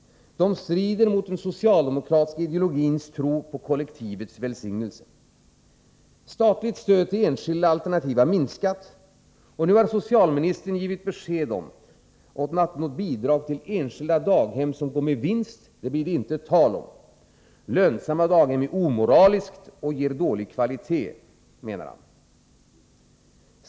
De strider mot den socialdemokratiska ideologins tro på kollektivets välsignelse. Statligt stöd till enskilda alternativ har minskat, och nu har socialministern givit besked om att något bidrag till enskilda daghem som går med vinst blir det inte tal om. Lönsamma daghem är omoraliskt och ger dålig kvalitet, menar han.